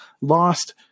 lost